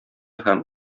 һәм